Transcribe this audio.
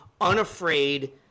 unafraid